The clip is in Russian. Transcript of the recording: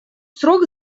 срок